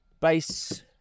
base